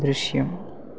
ദൃശ്യം